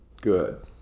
good